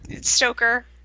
Stoker